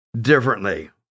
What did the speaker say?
differently